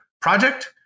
project